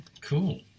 cool